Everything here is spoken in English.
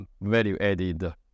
value-added